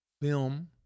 film